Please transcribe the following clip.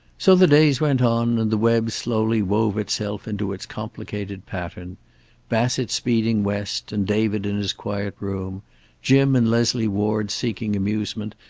so the days went on, and the web slowly wove itself into its complicated pattern bassett speeding west, and david in his quiet room jim and leslie ward seeking amusement,